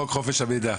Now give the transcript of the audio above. חוק חופש המידע.